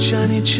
Johnny